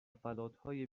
فلاتهای